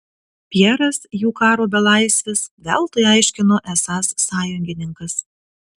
pjeras jų karo belaisvis veltui aiškino esąs sąjungininkas